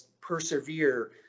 persevere